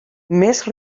més